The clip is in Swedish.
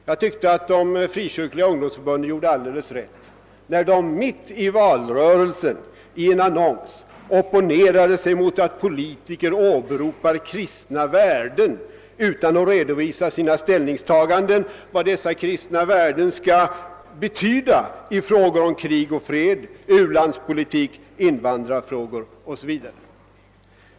Jag tyckte att de frikyrkliga ungdomsförbunden gjorde alldeles rätt när de mitt i valrörelsen i en annons opponerade sig mot att politiker åberopar kristna värden utan att redovisa vad dessa kristna värden skall betyda när det gäller frågan om krig och fred, u-landspolitik, invandrarfrågor osv.